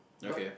okay